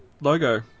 logo